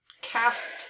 cast